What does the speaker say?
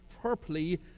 properly